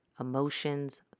emotions